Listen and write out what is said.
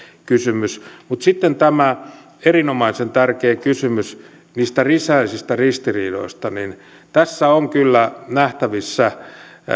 kysymys mutta sitten tämä erinomaisen tärkeä kysymys niistä sisäisistä ristiriidoista tässä on kyllä nähtävissä